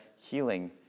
healing